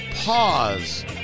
pause